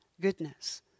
goodness